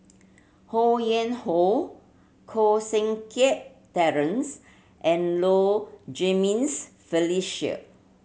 Ho Yuen Hoe Koh Seng Kiat Terence and Low Jimenez Felicia